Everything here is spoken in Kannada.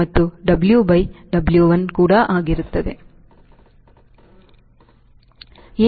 ಇದು Ww by Wo ಆಗಿರುತ್ತದೆ ಮತ್ತು W2W1